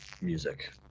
music